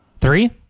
three